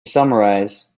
summarize